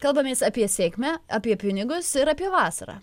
kalbamės apie sėkmę apie pinigus ir apie vasarą